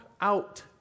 out